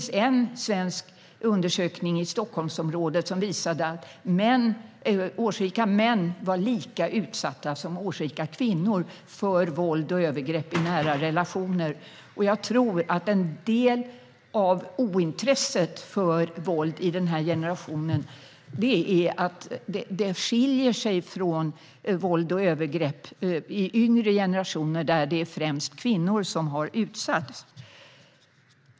Det finns en undersökning gjord i Stockholmsområdet som visar att årsrika män är lika utsatta som årsrika kvinnor för våld och övergrepp i nära relationer. Jag tror att en del av ointresset för våld i den här generationen beror på att det skiljer sig från våld och övergrepp i yngre generationer, där det är främst kvinnor som har utsatts.